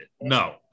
no